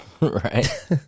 Right